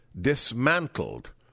dismantled